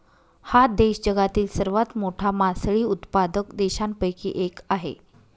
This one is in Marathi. हा देश जगातील सर्वात मोठा मासळी उत्पादक देशांपैकी एक आहे